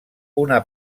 una